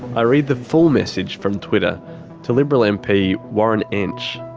i read the full message from twitter to liberal mp warren entsch